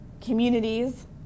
communities